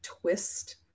twist